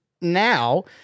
now